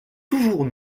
toujours